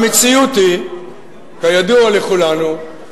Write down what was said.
המציאות היא, כידוע לכולנו,